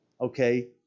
okay